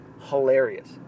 hilarious